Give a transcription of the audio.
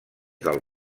del